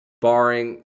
barring